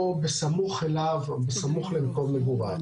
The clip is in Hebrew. או בסמוך אליו, בסמוך למקום מגוריו.